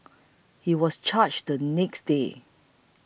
he was charged the next day